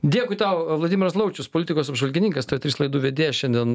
dėkui tau vladimiras laučius politikos apžvalgininkas tv trys laidų vedėjas šiandien